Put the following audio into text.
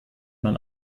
man